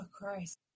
Christ